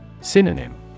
Synonym